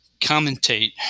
commentate